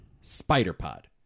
Spider-Pod